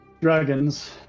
dragons